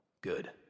Good